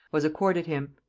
was accorded him.